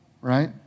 right